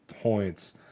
points